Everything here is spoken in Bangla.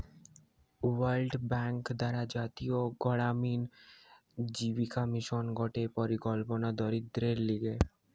ওয়ার্ল্ড ব্যাঙ্ক দ্বারা জাতীয় গড়ামিন জীবিকা মিশন গটে পরিকল্পনা দরিদ্রদের লিগে